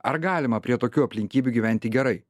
ar galima prie tokių aplinkybių gyventi gerai